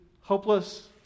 hopeless